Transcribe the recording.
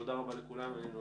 תודה רבה לכולם, הישיבה